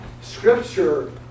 Scripture